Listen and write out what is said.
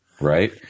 Right